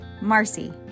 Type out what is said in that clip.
Marcy